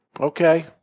Okay